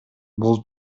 бул